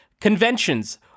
Conventions